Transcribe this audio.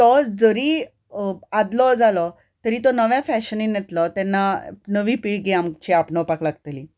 तो जरी आदलो जालो तरी तो नव्यान फॅशनीन येतलो तेन्ना नवी पिळगी आमची आपणावपाक लागतली